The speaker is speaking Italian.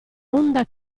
onda